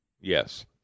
Yes